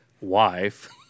wife